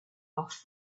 off